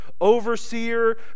overseer